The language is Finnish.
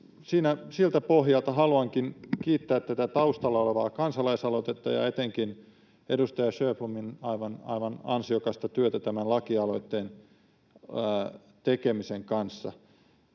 Siltä pohjalta haluankin kiittää tätä taustalla olevaa kansalaisaloitetta ja etenkin edustaja Sjöblomin aivan ansiokasta työtä tämän lakialoitteen tekemisen kanssa.